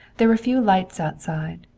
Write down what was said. there were few lights outside,